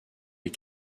les